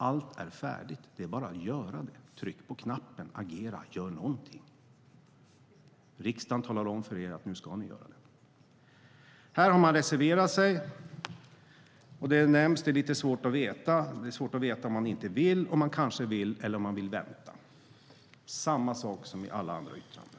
Allt är färdigt. Det är bara att göra det. Tryck på knappen! Agera! Gör någonting! Riksdagen talar om för er att ni nu ska göra det. Här har man reserverat sig. Det är svårt att veta om man inte vill, om man kanske vill eller om man vill vänta, det vill säga samma sak som i alla andra yttranden.